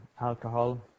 alcohol